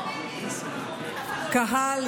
קהל,